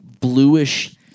bluish